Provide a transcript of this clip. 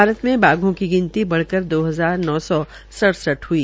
भारत में बाघों की गिनती बढ़कर दो हजार नौ सौ सड़सठ ह ई